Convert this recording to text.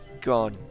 gone